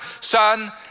Son